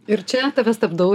ir čia tave stabdau